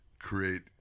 create